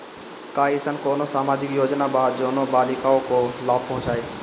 का अइसन कोनो सामाजिक योजना बा जोन बालिकाओं को लाभ पहुँचाए?